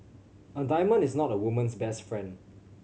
a diamond is not a woman's best friend